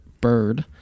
Bird